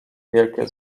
wielkie